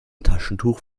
taschentuch